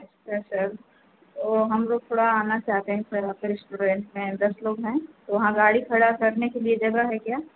अच्छा सर तो हम लोग थोड़ा आना चाहते हैं सर आपके रेस्टोरेन्ट में दस लोग हैं वहाँ गाड़ी खड़ा करने के लिए जगह है क्या